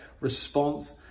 response